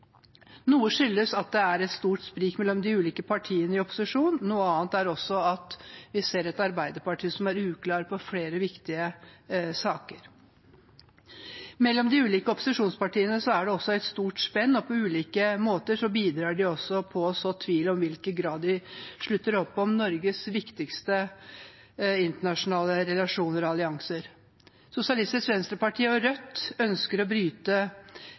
Noe skyldes at det er et stort sprik mellom de ulike partiene i opposisjon, noe annet er at vi ser et Arbeiderparti som er uklare i flere viktige saker. Mellom de ulike opposisjonspartiene er det også et stort spenn, og på ulike måter bidrar de til å så tvil om i hvilken grad de slutter opp om Norges viktigste internasjonale relasjoner og allianser. Sosialistisk Venstreparti og Rødt ønsker å bryte